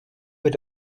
wird